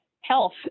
health